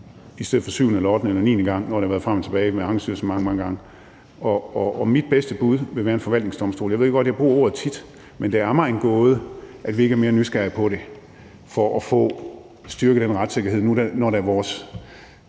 i stedet for syvende, ottende eller niende gang, efter at det har været frem og tilbage til Ankestyrelsen mange, mange gange, og mit bedste bud vil være en forvaltningsdomstol. Jeg ved godt, at jeg bruger ordet tit, men det er mig en gåde, at vi ikke er mere nysgerrige på det i forhold til at få styrket retssikkerheden, når de